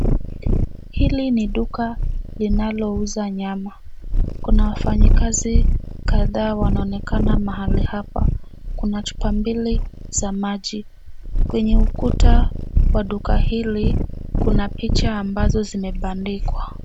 Hili ni duka linalouza nyama. Kuna wafanyi kazi kadhaa wanaoonekana mahali hapa. Kuna chupa mbili za maji . Kwenye ukuta wa duka hili, kuna picha ambazo zimebandikwa.